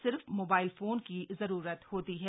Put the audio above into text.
सिर्फ mobile phone की जरूरत होती है